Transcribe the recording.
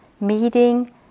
meeting